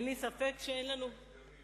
אני מכירה את משרד החינוך,